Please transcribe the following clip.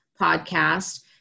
podcast